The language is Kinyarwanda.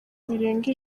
birenga